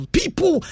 people